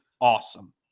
awesome